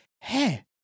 hey